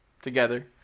Together